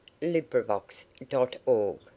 LibriVox.org